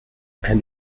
and